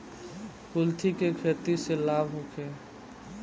कुलथी के खेती से लाभ होखे?